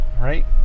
Right